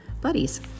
buddies